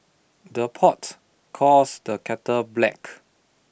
the pot calls the kettle black